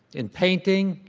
in painting,